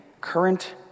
current